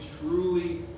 truly